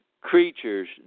creatures